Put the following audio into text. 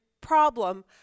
problem